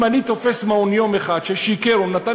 אם אני תופס מעון-יום אחד ששיקר או נתן